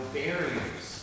barriers